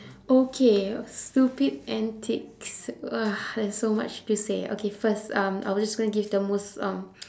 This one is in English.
okay stupid antics ah there's so much to say okay first um I will just going to give the most um